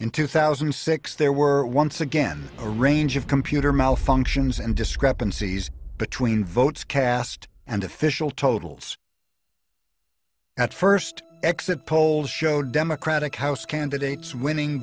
in two thousand and six there were once again a range of computer malfunctions and discrepancies between votes cast and official totals at first exit polls showed democratic house candidates winning